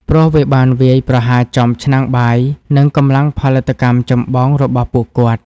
ព្រោះវាបានវាយប្រហារចំ ឆ្នាំងបាយ និងកម្លាំងផលិតកម្មចម្បងរបស់ពួកគាត់។